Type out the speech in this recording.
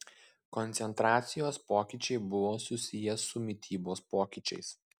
koncentracijos pokyčiai buvo susiję su mitybos pokyčiais